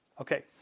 Okay